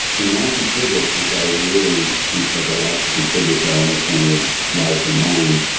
in math and physics, which i really think has a lot to contribute to our understanding of life and mind,